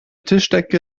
tischdecke